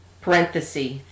parenthesis